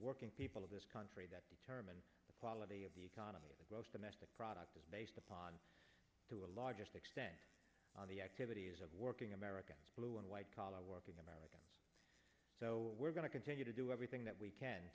working people of this country that determine the quality of the economy the gross domestic product is based upon to a large extent on the activities of working americans blue and white collar working americans so we're going to continue to do everything that we can